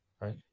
Right